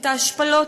את ההשפלות,